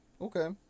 Okay